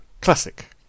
Classic